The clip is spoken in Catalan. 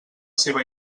seva